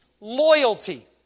loyalty